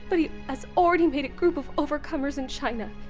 but he has already made a group of overcomers in china.